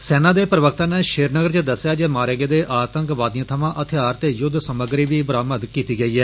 सेना दे प्रवक्ता नै श्रीनगर च दस्सेआ जे मारे गेदे आतंकवादिए थमां हथियार ते युद्ध समग्री बी बरामद होई ऐ